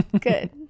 Good